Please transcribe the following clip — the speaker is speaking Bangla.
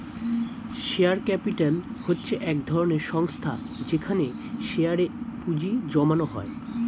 শেয়ার ক্যাপিটাল হচ্ছে এক ধরনের সংস্থা যেখানে শেয়ারে এ পুঁজি জমানো হয়